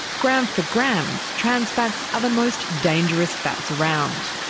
gram for gram, trans fats are the most dangerous fats around.